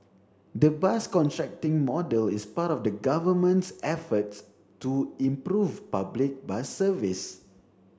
the bus contracting model is part of the Government's efforts to improve public bus service